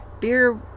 beer